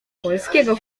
polskiego